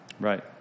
Right